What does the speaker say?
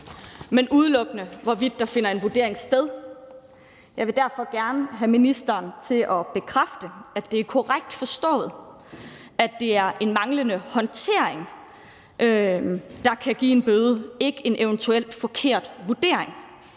men udelukkende hvorvidt der finder en vurdering sted eller ej. Jeg vil derfor gerne have ministeren til at bekræfte, at det er korrekt forstået, at det er en manglende håndtering, der kan give en bøde, ikke en eventuelt forkert vurdering.